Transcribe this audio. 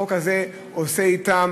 החוק הזה עושה אתן,